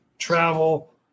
travel